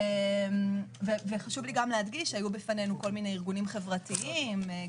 חשוב להדגיש שנשמעו גם ארגונים חברתיים,